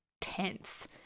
tense